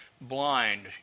blind